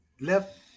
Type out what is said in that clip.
left